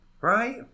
Right